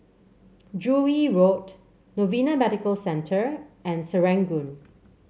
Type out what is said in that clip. Joo Yee Road Novena Medical Centre and Serangoon